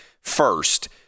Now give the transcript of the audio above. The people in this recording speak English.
First